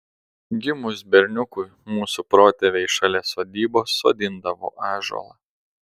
gimus berniukui mūsų protėviai šalia sodybos sodindavo ąžuolą